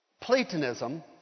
Platonism